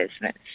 business